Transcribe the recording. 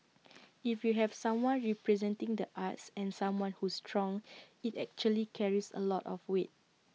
if you have someone representing the arts and someone who's strong IT actually carries A lot of weight